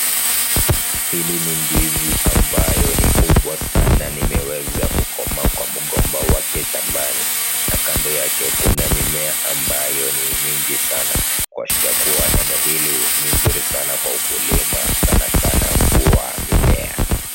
Hili ni ndizi ambayo ni kubwa sana na imeweza kukomaa kwa mgomba wake shambani na kando yake kuna mimea ambayo ni mingi sana kuashiria kuwa eneo hili ni nzuri sana kwa ukulima sana sana kwa mimea.